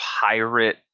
pirate